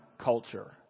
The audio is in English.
culture